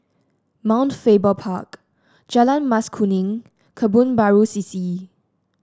Mount Faber Park Jalan Mas Kuning Kebun Baru C C